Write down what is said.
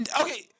Okay